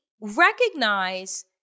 recognize